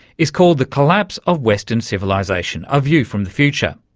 is called the collapse of western civilisation a view from the future.